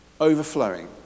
overflowing